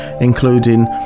including